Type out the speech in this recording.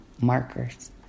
markers